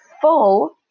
full